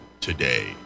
today